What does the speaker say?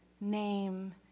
name